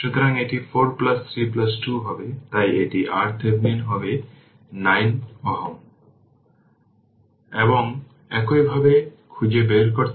সুতরাং আমরা ইউনিট ফাংশনকে ইউনিট স্টেপ ফাংশন হিসাবে ডিফাইন করব